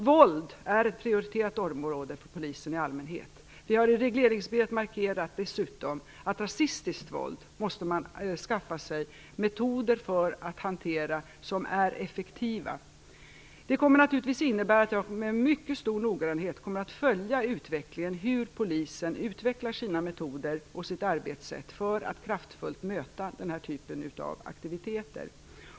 Våld är ett prioriterat område för polisen i allmänhet. I regleringsbrevet har vi dessutom markerat att man måste skaffa sig metoder som är effektiva för att hantera rasistiskt våld. Det kommer naturligtvis att innebära att jag med mycket stor noggrannhet kommer att följa utvecklingen och hur polisen utvecklar sina metoder och sitt arbetssätt för att kraftfullt möta den här typen av aktiviteter.